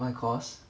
my course